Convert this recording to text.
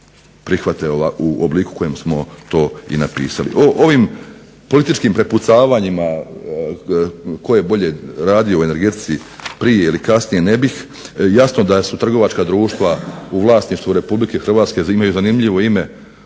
prihvate u obliku u kojem smo to i napisali. O ovim političkim prepucavanjima tko je bolje radio u energetici prije ili kasnije ne bih. jasno da su trgovačka društva u vlasništvu RH imaju zanimljivo ime